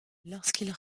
lorsqu’ils